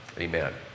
Amen